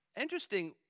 Interesting